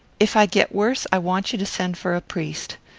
if i get worse i want you to send for a priest.